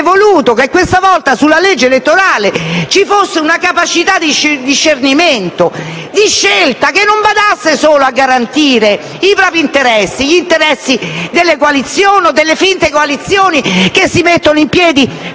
voluto che, questa volta, sul disegno di legge elettorale ci fosse una capacità di discernimento, di scelta, e non solo un badare ai propri interessi da parte delle coalizioni o delle finte coalizioni che si mettono in piedi